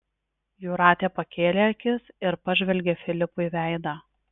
jūratė pakėlė akis ir pažvelgė filipui veidą